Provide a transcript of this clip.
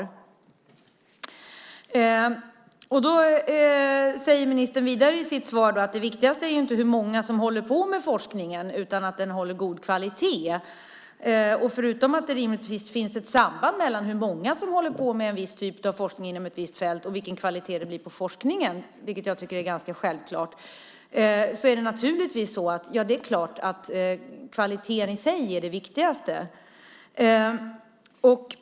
I sitt svar säger ministern vidare att det viktigaste inte är hur många som håller på med forskningen utan att den håller god kvalitet. Rimligtvis finns det ett samband mellan hur många som håller på med en viss typ av forskning och vilken kvalitet det blir på forskningen, men det är klart att kvaliteten i sig är det viktigaste.